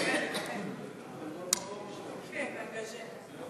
הכנסת איתן כבל ושלי